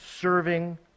serving